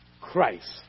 Christ